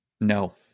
No